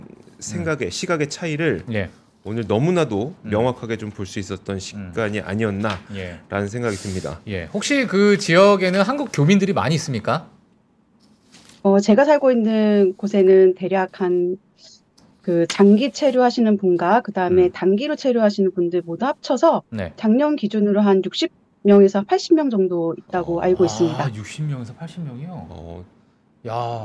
생각의, 음. 시각의 차이를 예. 오늘 너무나도 음. 명확하게 좀 볼 수 있었던 음. 시간이 아니었나 예. 라는 생각이 듭니다. 예. 혹시 그 지역에는 한국 교민들이 많이 있습니까? 어, 제가 살고 있는 곳에는 대략 한 그 장기 체류하시는 분과 그다음에 음. 단기로 체류하시는 분들 모두 합쳐서 네. 작년 기준으로 한 60 명에서 80 명 정도 있다고 어. 알고 있습니다. 아, 60 명에서 80 명이요? 어. 야.